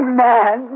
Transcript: man